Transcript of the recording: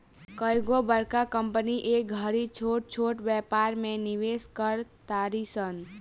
कइगो बड़का कंपनी ए घड़ी छोट छोट व्यापार में निवेश कर तारी सन